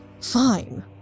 fine